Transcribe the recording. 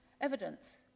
Evidence